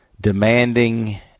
demanding